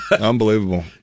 unbelievable